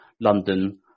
London